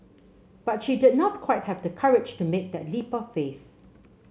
but she did not quite have the courage to make that leap of faith